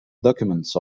documents